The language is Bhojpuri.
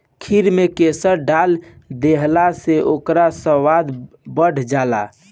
खीर में केसर डाल देहला से ओकर स्वाद बढ़ जाला